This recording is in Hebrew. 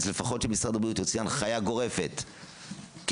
לפחות שמשרד הבריאות יוציא הנחיה גורפת כהוראה,